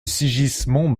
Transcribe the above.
sigismond